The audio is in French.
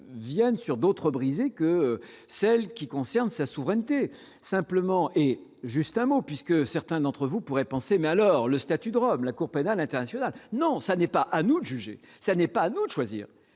viennent sur d'autres brisé que celle qui concerne sa souveraineté simplement et juste un mot, puisque certains d'entre vous pourraient penser mais alors le statut de Rome, la Cour pénale internationale, non, ça n'est pas à nous de juger ça n'est pas nous choisir,